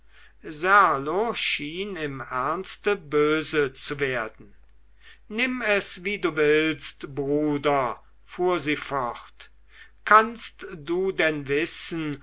schien im ernste böse zu werden nimm es wie du willst bruder fuhr sie fort kannst du denn wissen